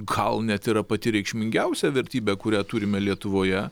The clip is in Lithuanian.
gal net yra pati reikšmingiausia vertybė kurią turime lietuvoje